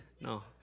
No